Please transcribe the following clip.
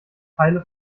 teile